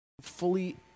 fully